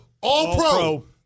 all-pro